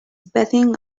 betting